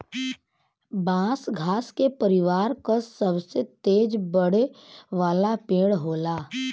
बांस घास के परिवार क सबसे तेज बढ़े वाला पेड़ होला